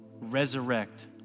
resurrect